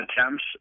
attempts